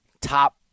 top